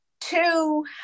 two